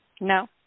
No